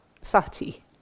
sati